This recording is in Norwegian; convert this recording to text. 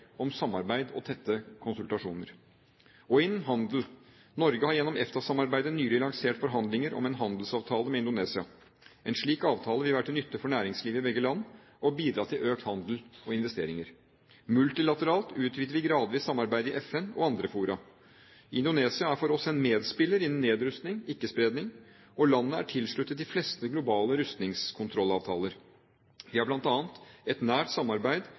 om samarbeid og tette konsultasjoner. Gjennom EFTA-samarbeidet har Norge nylig lansert forhandlinger om en handelsavtale med Indonesia. En slik avtale vil være til nytte for næringslivet i begge land og bidra til økt handel og investeringer. Multilateralt utvider vi gradvis samarbeidet i FN og andre fora. Indonesia er for oss en medspiller innen nedrustning og ikke-spredning, og landet er tilsluttet de fleste globale rustningskontrollavtaler. Vi har bl.a. et nært samarbeid